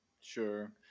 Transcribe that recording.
Sure